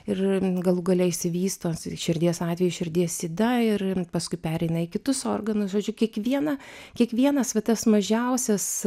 ir galų gale išsivysto širdies atveju širdies yda ir paskui pereina į kitus organus žodžiu kiekvieną kiekvienas va tas mažiausias